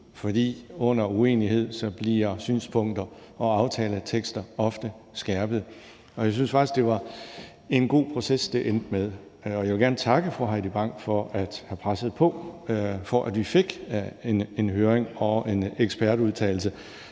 for under uenighed bliver synspunkter og aftaletekster ofte skærpet, og jeg synes faktisk, det var en god proces, det endte med. Og jeg vil gerne takke fru Heidi Bank for at have presset på for, at vi fik en høring og en ekspertudtalelse.